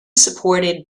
supported